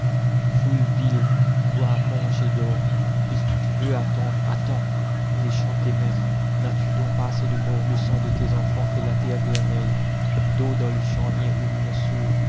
foule vile bois mange et dors puisque tu veux attendre attends léchant tes maîtres n'as-tu donc pas assez de morts le sang de tes enfants fait la terre vermeille dors dans le charnier aux murs sourds